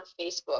Facebook